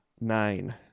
nine